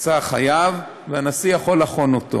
יצא חייב, הנשיא יכול לחון אותו.